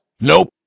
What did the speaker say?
Nope